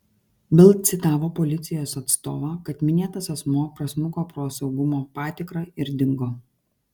bild citavo policijos atstovą kad minėtas asmuo prasmuko pro saugumo patikrą ir dingo